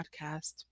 podcast